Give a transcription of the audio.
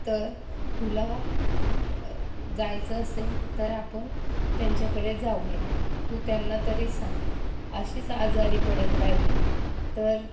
तर तुला जायचं असेल तर आपण त्यांच्याकडे जाऊ या तू त्यांना तरी सांग अशीच आजारी पडत राहिली तर